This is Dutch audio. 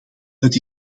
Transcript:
het